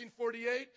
1948